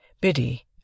Biddy